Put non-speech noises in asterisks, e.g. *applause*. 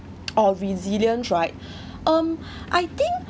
or resilient right *breath* um I think